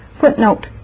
Footnote